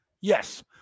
Yes